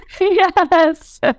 Yes